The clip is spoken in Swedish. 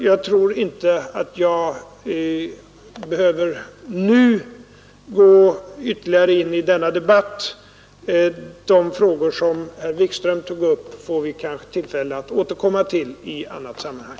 Jag tror inte att jag nu behöver debattera denna fråga ytterligare. De frågor som herr Wikström tog upp får vi kanske tillfälle att återkomma till i annat sammanhang.